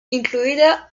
incluida